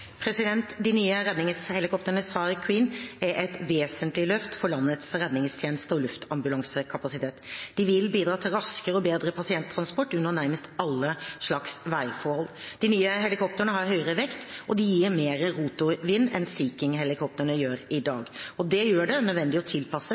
De nye redningshelikoptrene, SAR Queen, er et vesentlig løft for landets redningstjeneste og luftambulansekapasitet. De vil bidra til raskere og bedre pasienttransport under nærmest alle slags værforhold. De nye helikoptrene har høyere vekt, og de gir mer rotorvind enn det Sea King-helikoptrene gjør i